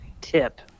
tip